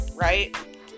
right